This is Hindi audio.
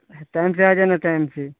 टाइम से आ जाना टाइम से